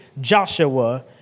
Joshua